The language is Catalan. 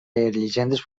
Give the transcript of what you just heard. llegendes